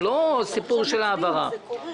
זה לא סיפור רק של ההעברה הזאת.